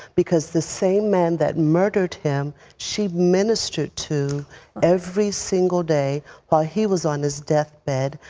because the same man that murdered him, she ministered to every single day while he was on his deathbed.